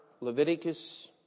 Leviticus